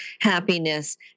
happiness